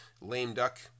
lame-duck